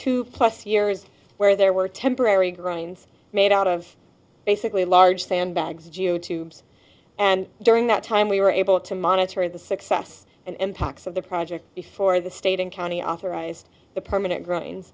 two plus years where there were temporary grinds made out of basically large sandbags g o tubes and during that time we were able to monitor the success and impacts of the project before the state and county authorized the permanent gr